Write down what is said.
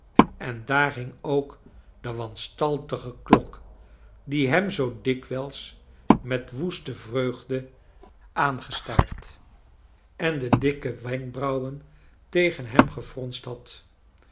en daar hing ook de wuiistaltige kick die hem zoo dikwijls met woes te vreu d e aancro j a ar d en de dikke wenkbrauwen tegen hem gefronsd had